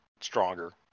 stronger